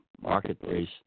marketplace